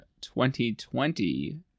2020